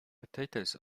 potatoes